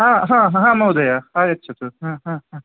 ह ह ह महोदय आगच्छतु ह ह ह